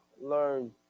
learn